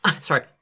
Sorry